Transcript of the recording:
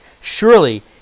Surely